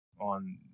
on